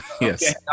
Yes